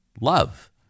love